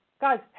Guys